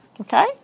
Okay